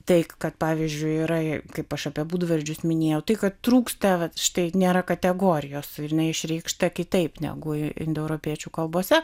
tai kad pavyzdžiui yra kaip aš apie būdvardžius minėjau tai kad trūksta vat štai nėra kategorijos ir jinai išreikšta kitaip negu indoeuropiečių kalbose